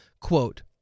Quote